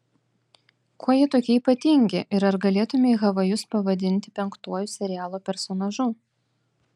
kuo jie tokie ypatingi ir ar galėtumei havajus pavadinti penktuoju serialo personažu